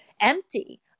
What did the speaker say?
empty